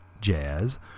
Jazz